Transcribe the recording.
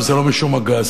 וזה לא משום הגז,